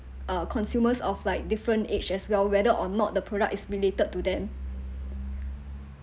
uh consumers of like different age as well whether or not the product is related to them